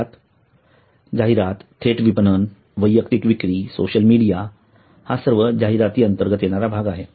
जाहिरात जाहिरात थेट विपणन वैयक्तिक विक्री सोशल मीडिया हा सर्व जाहिराती अंतर्गत येणारा भाग आहे